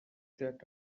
that